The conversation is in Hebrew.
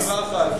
שניים משמונה.